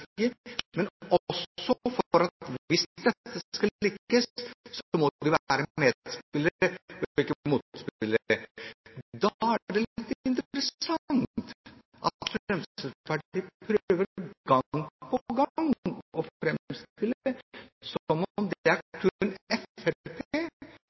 men også fordi hvis dette skal lykkes, må det jo være medspillere og ikke motspillere. Da er det litt interessant at Fremskrittspartiet gang på gang prøver å framstille det som om det kun er